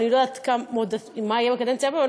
ואני לא יודעת מה יהיה בקדנציה הבאה,